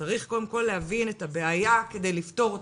צריך קודם כל להבין את הבעיה כדי לפתור אותה.